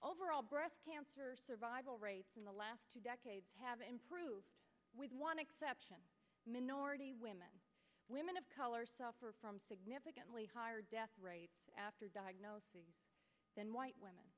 overall breast cancer survival rates in the last two decades have improved with one exception minority women women of color suffer from significantly higher death after diagnosis than white women